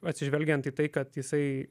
atsižvelgiant į tai kad jisai